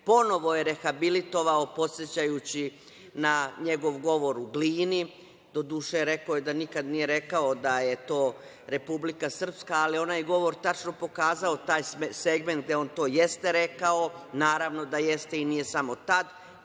ponovo rehabilitovao, podsećajući na njegov govor u Glini. Doduše, rekao je da nikada nije rekao da je to Republika Srpska, ali onaj govor tačno je pokazao onaj segment gde on to jeste rekao. Naravno da jeste i nije samo tad. To